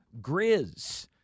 Grizz